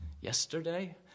Yesterday